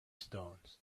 stones